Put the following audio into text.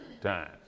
time